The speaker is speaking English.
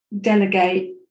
delegate